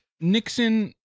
Nixon